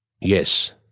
Yes